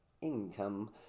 income